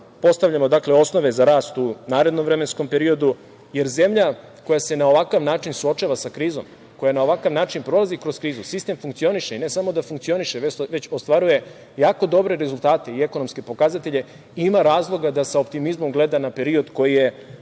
postavljamo osnove za rast u narednom vremenskom periodu, jer zemlja koja se na ovakav način suočava sa krizom, koja na ovakav način prolazi kroz krizu, sistem funkcioniše i ne samo da funkcioniše, već ostvaruje jako dobre rezultate i ekonomske pokazatelje i ima razloga da sa optimizmom gleda na period koji pred